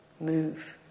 move